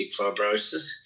fibrosis